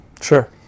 Sure